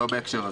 לא בהקשר הזה.